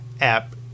app